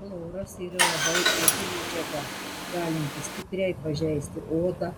chloras yra labai ėdi medžiaga galinti stipriai pažeisti odą